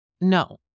No